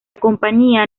compañía